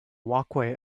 walkway